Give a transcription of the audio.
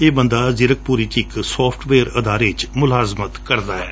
ਇਹ ਬੰਦਾ ਜੀਰਕਪੁਰ ਵਿਚ ਇਕ ਸੋਫਟਵੇਅਰ ਅਦਾਰੇ ਵਿਚ ਮੁਲਾਜਮਤ ਕਰਦਾ ਹੈ